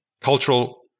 cultural